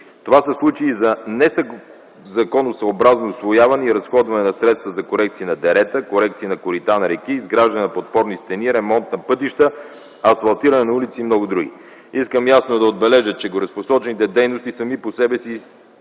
Това са случаи за незаконосъобразно усвояване и разходване на средства за корекции на дерета, корекции на корита на реки, изграждане на подпорни стени, ремонт на пътища, асфалтиране на улици и много други. Искам ясно да отбележа, че горепосочените дейности сами по себе си